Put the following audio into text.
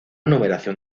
numeración